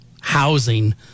housing